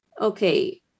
Okay